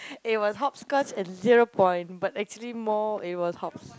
it was hopscotch and zero point but actually more it was hops~